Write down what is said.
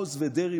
דוגמה בהיסטוריה,